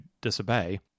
disobey